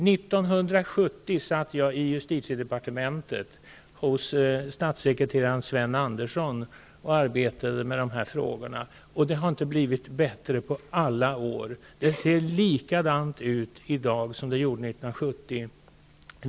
1970 satt jag i justitiedepartementet hos statssekreterare Sven Andersson och arbetade med de här frågorna, och det har inte blivit bättre på alla år. Det ser likadant ut i dag som det gjorde 1970.